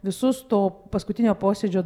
visus to paskutinio posėdžio